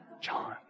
John